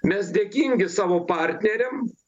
mes dėkingi savo partneriam